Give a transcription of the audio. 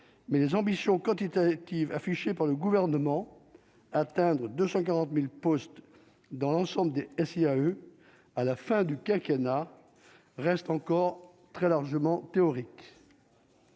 mais les ambitions quantitatives affichée par le gouvernement : atteindre 240000 postes dans l'ensemble de et s'il y a eu à la fin du quinquennat reste encore très largement théorique.